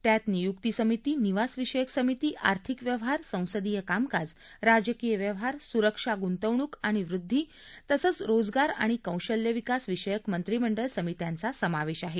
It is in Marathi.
त्यात नियुक्तीसमिती निवासविषयक समिती आर्थिक व्यवहार संसदीय कामकाज राजकीय व्यवहार सुरक्षा गुंतवणूक आणि वृद्वी तसंच रोजगार आणि कौशल्य विकास विषयक मंत्रीमंडळ समित्यांचा समावेश आहे